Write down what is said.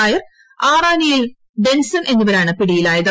നായർ ആറാനിയിൽ ഡെൻസൺ എന്നിവരാണ് പിടിയിലായത്